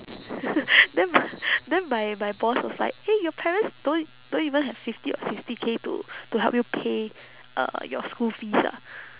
then my then my my boss was like !hey! your parents don't don't even have fifty or sixty K to to help you pay uh your school fees ah